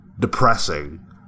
depressing